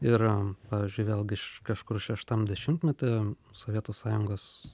ir pavyzdžiui vėlgi iš kažkur šeštam dešimtmety sovietų sąjungos